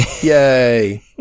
Yay